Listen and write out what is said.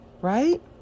right